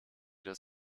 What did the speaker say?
des